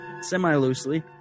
Semi-loosely